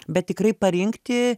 bet tikrai parinkti